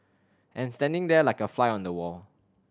and standing there like a fly on the wall